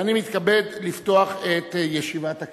ואני מתכבד לפתוח את ישיבת הכנסת.